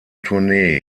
tournee